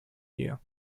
year